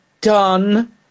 done